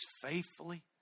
faithfully